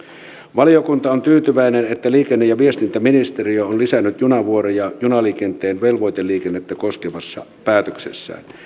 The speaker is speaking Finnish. valiokunta on tyytyväinen että liikenne ja viestintäministeriö on lisännyt junavuoroja junaliikenteen velvoiteliikennettä koskevassa päätöksessään